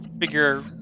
figure